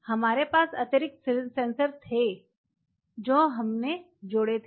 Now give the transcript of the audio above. हमारे पास अतिरिक्त सेंसर थे जो हमने जोड़े थे